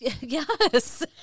Yes